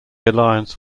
alliance